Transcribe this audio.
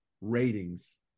ratings